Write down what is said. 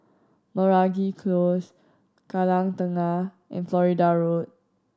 Meragi Close Kallang Tengah and Florida Road